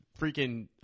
freaking